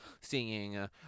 singing